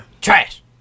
Trash